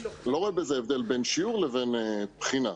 אני לא רואה הבדל בין שיעור לבין בחינה.